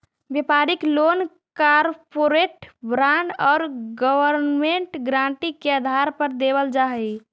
व्यापारिक loan corporate bond और government guarantee के आधार पर देवल जा हई